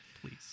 please